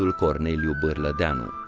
but corneliu barladeanul,